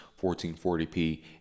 1440p